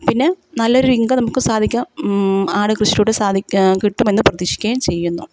പിന്നെ നല്ലൊരു ഇൻകം നമുക്ക് സാധിക്കുക ആട് കൃഷിയിലൂടെ സാധിക്ക് കിട്ടുമെന്നു പ്രതീക്ഷിക്കുകയും ചെയ്യുന്നു